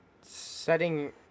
setting